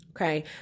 Okay